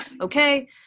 okay